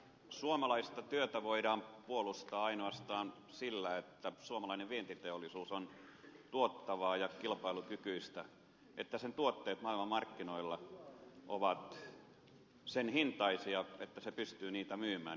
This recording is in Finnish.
suomalaista työtä voidaan puolustaa ainoastaan sillä että suomalainen vientiteollisuus on tuottavaa ja kilpailukykyistä että sen tuotteet maailmanmarkkinoilla ovat sen hintaisia että se pystyy niitä myymään